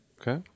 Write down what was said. Okay